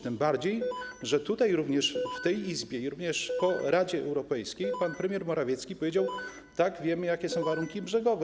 Tym bardziej, że również w tej Izbie i również po Radzie Europejskiej pan premier Morawiecki powiedział: Tak, wiemy jakie są warunki brzegowe.